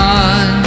on